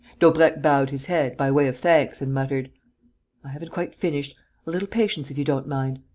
daubrecq bowed his head, by way of thanks, and muttered i haven't quite finished. a little patience, if you don't mind.